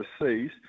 overseas